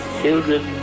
children